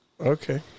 Okay